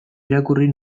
irakurri